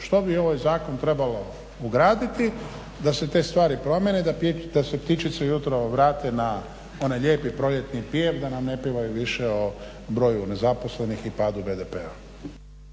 što bi u ovaj zakon trebalo ugraditi da se te stvari promijene i da se ptičice ujutro vrate na onaj lijepi proljetni pjev, da nam ne pjevaju više o broju nezaposlenih i padu BDP-a.